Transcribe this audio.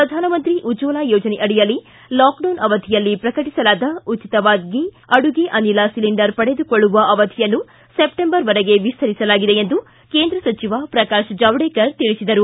ಪ್ರಧಾನಮಂತ್ರಿ ಉಜ್ವಲ ಯೋಜನೆ ಅಡಿಯಲ್ಲಿ ಲಾಕ್ಡೌನ್ ಅವಧಿಯಲ್ಲಿ ಪ್ರಕಟಸಲಾದ ಉಚಿತವಾಗಿ ಅಡುಗೆ ಅನಿಲ ಒಲಿಂಡರ ಪಡೆದುಕೊಳ್ಳುವ ಅವಧಿಯನ್ನು ಸೆಪ್ಟೆಂಬರ್ವರೆಗೆ ವಿಸ್ತರಿಸಲಾಗಿದೆ ಎಂದು ಕೇಂದ್ರ ಸಚಿವ ಪ್ರಕಾಶ್ ಜಾವಡೆಕರ್ ತಿಳಿಸಿದರು